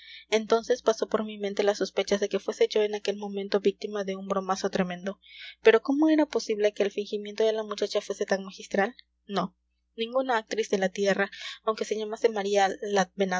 entonces pasó por mi mente las sospechas de que fuese yo en aquel momento víctima de un bromazo tremendo pero cómo era posible que el fingimiento de la muchacha fuese tan magistral no ninguna actriz de la tierra aunque se llamase maría